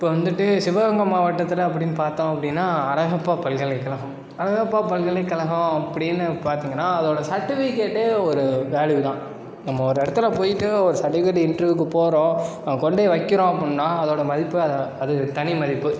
இப்போ வந்துகிட்டு சிவகங்கை மாவட்டத்தில் அப்படினு பார்த்தோம் அப்படினா அழகப்பா பல்கலைக்கழகம் அழகப்பா பல்கலைக்கழகம் அப்படினு பார்த்தீங்கன்னா அதோட செர்டிஃபிகேட்டே ஒரு வேல்யூ தான் நம்ம ஒரு இடத்துல போயிட்டு ஒரு செர்டிஃபிகேட் இன்டர்வியூக்கு போகிறோம் கொண்டுய வைக்குறோம் அப்படினா அதோடய மதிப்பு அ அது தனி மதிப்பு